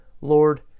Lord